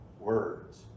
words